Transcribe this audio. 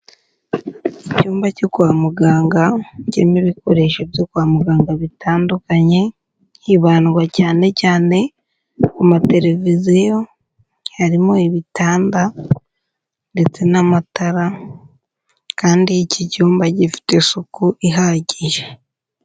Icyumba cyo kwa muganga, kirimo ibikoresho byo kwa muganga bitandukanye, hibandwa cyane cyane ku mateleviziyo, harimo ibitanda ndetse n'amatara kandi iki cyumba gifite isuku ihagije.